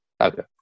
Okay